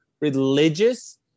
religious